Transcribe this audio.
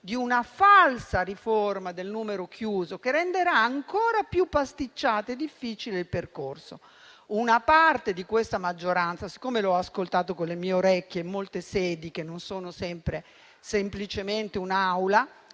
di una falsa riforma del numero chiuso, che renderà ancora più pasticciato e difficile il percorso. Una parte di questa maggioranza - siccome l'ho ascoltato con le mie orecchie in molte sedi che non sono sempre semplicemente un'Aula